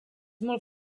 molt